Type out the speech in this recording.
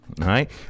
Right